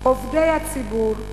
עובדי הציבור,